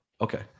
okay